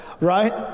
right